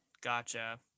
gotcha